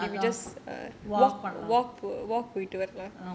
அதான்:athaan walk பண்லாம்:panlaam